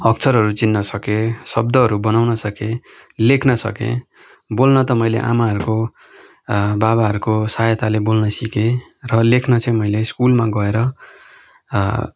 अक्षरहरू चिन्न सकेँ शब्दहरू बनाउन सकेँ लेख्न सकेँ बोल्न त मैले आमाहरूको बाबाहरूको सहायताले बोल्न सिकेँ र लेख्न चाहिँ मैले स्कुलमा गएर